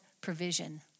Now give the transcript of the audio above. provision